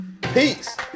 Peace